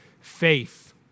faith